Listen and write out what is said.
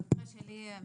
במקרה שלי,